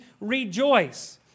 rejoice